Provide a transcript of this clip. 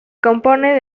compone